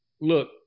look